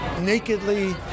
nakedly